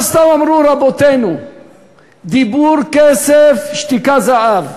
לא סתם אמרו רבותינו "דיבור כסף, שתיקה זהב".